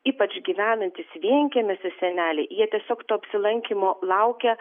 ypač gyvenantys vienkiemiuose seneliai jie tiesiog to apsilankymo laukia